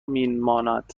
مینامد